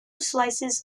slices